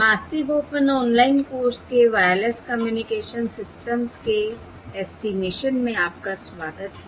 massive open online course के wireless communication systems के estimation में आपका स्वागत है